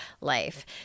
life